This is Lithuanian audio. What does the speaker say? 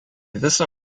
visą